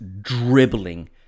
dribbling